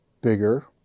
bigger